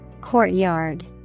Courtyard